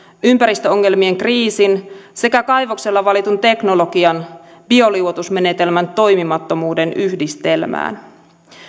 ympäristöongelmien kriisin sekä kaivoksella valitun teknologian bioliuotusmenetelmän toimimattomuuden yhdistelmään